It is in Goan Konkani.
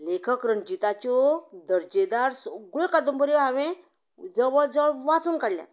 लेखक रणजिताच्यो दर्जेदार सगळ्यों कादंबऱ्यो जवळ जवळ वाचून काडल्यात